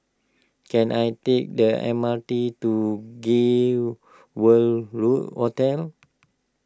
can I take the M R T to Gay World Hotel